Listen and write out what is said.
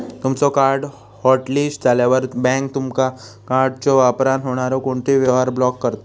तुमचो card hotlist झाल्यावर, bank तुमचा कार्डच्यो वापरान होणारो कोणतोही व्यवहार ब्लॉक करता